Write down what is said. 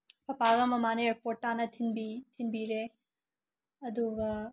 ꯄꯥꯄꯥꯒ ꯃꯃꯥꯅꯦ ꯑꯦꯌꯥꯔꯄꯣꯔꯠꯇꯥꯅ ꯊꯤꯟꯕꯤ ꯊꯤꯟꯕꯤꯔꯦ ꯑꯗꯨꯒ